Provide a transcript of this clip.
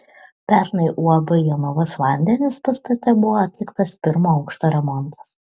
pernai uab jonavos vandenys pastate buvo atliktas pirmo aukšto remontas